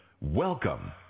Welcome